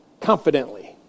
Confidently